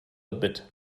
admit